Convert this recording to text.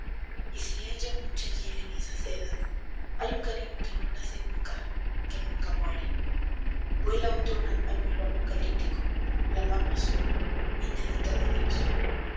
si hay ya mucha hiél en esas sedas hay un cariño que no nace nunca que nunca muere hiela otro gian pañuelo apoculiplico la manr azul inédita de dios